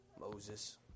Moses